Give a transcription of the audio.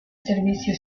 servicio